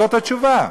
זאת התשובה.